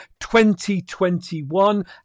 2021